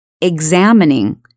examining